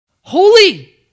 holy